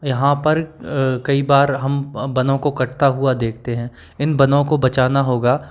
यहाँ पर कई बार हम वनों को कटता हुआ देखते हैं इन वनों को बचाना होगा